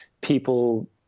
people